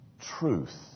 truth